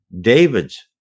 David's